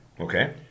Okay